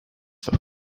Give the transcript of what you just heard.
for